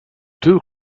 two